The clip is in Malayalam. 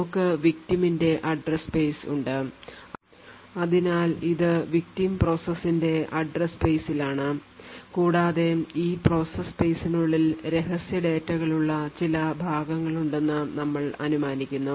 നമുക്ക് victim ന്റെ address space ഉണ്ട് അതിനാൽ ഇത് victim പ്രോസസ്ന്റെ address space ൽ ആണ് കൂടാതെ ഈ പ്രോസസ് സ്പേസിനുള്ളിൽ രഹസ്യ ഡാറ്റകളുള്ള ചില ഭാഗങ്ങളുണ്ടെന്ന് ഞങ്ങൾ അനുമാനിക്കുന്നു